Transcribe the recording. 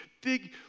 big